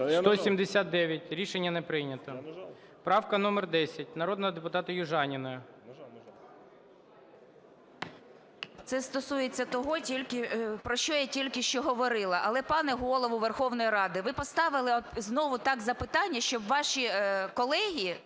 За-179 Рішення не прийнято. Правка номер 10 народного депутата Южаніної. 18:15:37 ЮЖАНІНА Н.П. Це стосується того, про що я тільки що говорила. Але, пане Голово Верховної Ради, ви поставили знову так запитання, щоб ваші колеги